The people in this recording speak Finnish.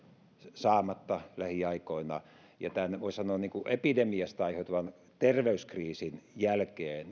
saamatta lähiaikoina ja pahoin pelkään että tämän voi sanoa epidemiasta aiheutuvan terveyskriisin jälkeen